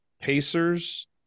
Pacers